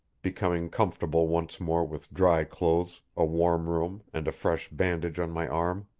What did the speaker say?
becoming comfortable once more with dry clothes, a warm room and a fresh bandage on my arm.